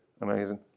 amazing